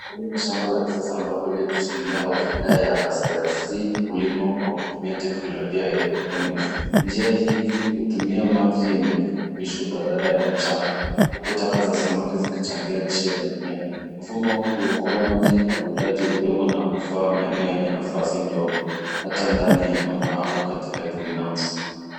Hili ni shamba la kisasa ambapo lettuce mmea wa aina ya asteraceae hulimwa kwa kutumia teknolojia ya hydrophonics . Njia hizi hutumia maji yenye virutubisho badala ya mchanga huku taka za samaki zikichangia lishe ya mimea. Mfumo huu huokoa maji na uwekaji udongo na hufaa maeneo yenye nafasi ndogo hata ndani ya nyumba au katika greenhouse .